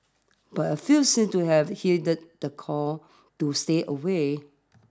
but a few seemed to have heeded the call to stay away